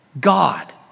God